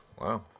Wow